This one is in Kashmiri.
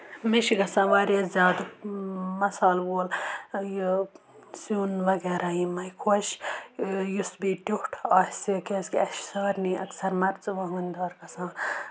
مے چھِ گژھان واریاہ زیادٕ مسالہٕ وول یہِ سیُن وغیرہ یِمَے خۄش یُس بیٚیہِ ٹیٚٹھ آسہِ کیٛازِکہِ اَسہِ چھُ سارنٕے اَکثَر مَرژٕوانٛگُن دار گژھان